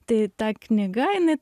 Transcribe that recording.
tai ta knyga jinai